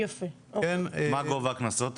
מה גובה הקנסות?